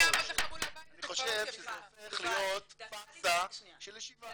אני חושב שזה הפוך להיות פארסה של ישיבה.